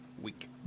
week